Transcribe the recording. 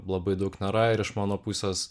labai daug nėra ir iš mano pusės